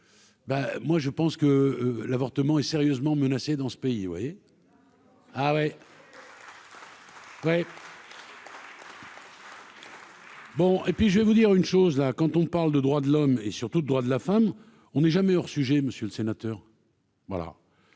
moi je pense que l'avortement est sérieusement menacée dans ce pays, vous voyez. Ah oui. Bon, et puis je vais vous dire une chose là quand on parle de droits de l'homme et surtout le droit de la femme, on n'est jamais hors sujet, monsieur le sénateur, voilà